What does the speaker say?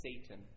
Satan